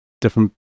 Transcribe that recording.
different